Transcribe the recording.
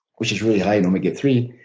which is really high in omega three,